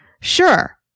Sure